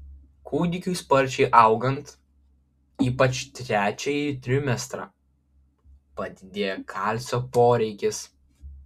kūdikiui sparčiai augant ypač trečiąjį trimestrą padidėja kalcio poreikis